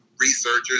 researchers